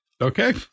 Okay